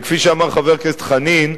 וכפי שאמר חבר הכנסת חנין,